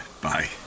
bye